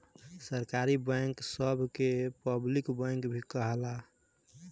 सरकारी बैंक सभ के पब्लिक बैंक भी कहाला